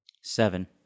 Seven